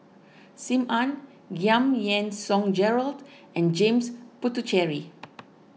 Sim Ann Giam Yean Song Gerald and James Puthucheary